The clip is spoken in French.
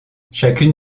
chacune